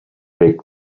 big